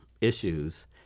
issues